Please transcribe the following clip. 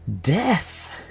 Death